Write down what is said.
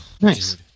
Nice